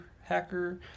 hacker